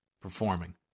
performing